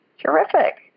Terrific